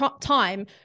time